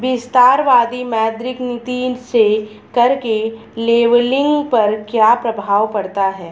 विस्तारवादी मौद्रिक नीति से कर के लेबलिंग पर क्या प्रभाव पड़ता है?